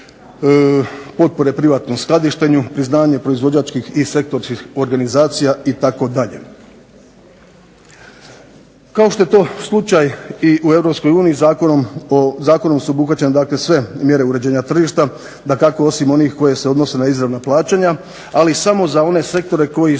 potpore privatnom skladištenju, priznavanje proizvođačkih i sektorskih organizacija itd. Kao što je to slučaj i u Europskoj uniji, zakonom su obuhvaćene sve mjere uređenja tržišta, dakako osim onih koje se odnose na izravna plaćanja, ali samo za one sektore koji su